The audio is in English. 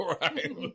Right